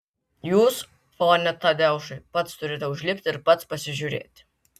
jūs pone tadeušai pats turite užlipti ir pats pasižiūrėti